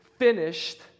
Finished